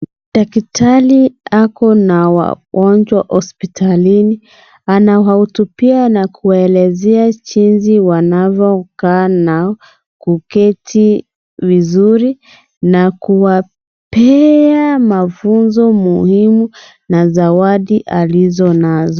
Daktari ako na wagonjwa hospitalini. Anawahutubia na kuelezea jinsi wanavyokaa na kuketi vizuri na kuwapea mafunzo muhimu na zawadi alizo nazo.